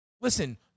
Listen